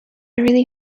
really